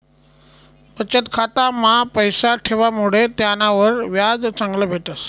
बचत खाता मा पैसा ठेवामुडे त्यानावर व्याज चांगलं भेटस